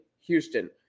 Houston